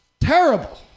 terrible